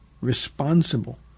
responsible